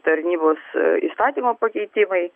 tarnybos įstatymo pakeitimai